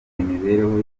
imibereho